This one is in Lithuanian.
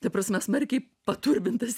ta prasme smarkiai paturbintas